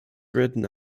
written